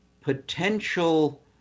potential